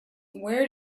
where